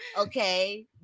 okay